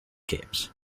games